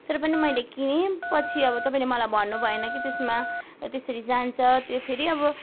तर पनि मैले किनेँ पछि अब तपाईँले मलाई भन्नुभएन कि त्यसमा त्यसरी जान्छ त्यो फेरि अब